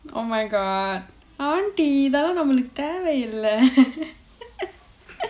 oh my god auntie இதெல்லாம் நமக்கு தேவை இல்ல:idhellaam nammakku thevai illa